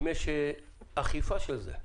אם יש אכיפה של זה.